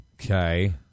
Okay